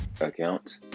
account